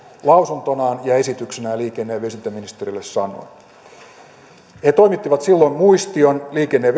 lausuntonaan ja esityksenään liikenne ja viestintäministeriölle sanoi he toimittivat silloin liikenne ja